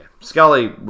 Scully